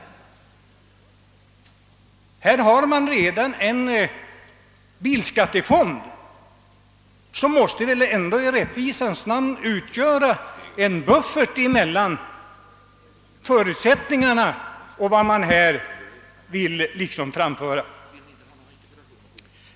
Det finns redan en bilskattefond som väl ändå i rättvisans namn måste anses utgöra en buffert mellan förutsättningarna och den väganslagsökning man vill framföra.